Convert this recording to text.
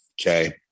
Okay